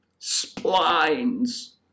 Splines